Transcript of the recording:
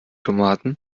tomaten